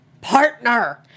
partner